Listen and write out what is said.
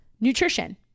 Nutrition